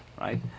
right